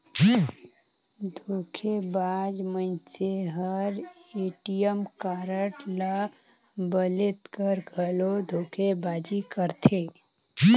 धोखेबाज मइनसे हर ए.टी.एम कारड ल बलेद कर घलो धोखेबाजी करथे